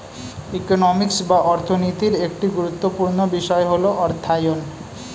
economics বা অর্থনীতির একটি গুরুত্বপূর্ণ বিষয় হল অর্থায়ন